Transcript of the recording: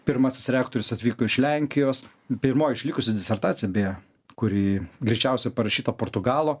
pirmasis rektorius atvyko iš lenkijos pirmoji išlikusi disertacija beje kuri greičiausia parašyta portugalo